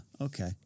okay